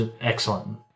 excellent